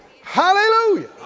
Hallelujah